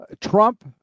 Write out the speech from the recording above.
Trump